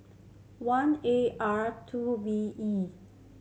one A R two V E